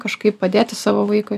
kažkaip padėti savo vaikui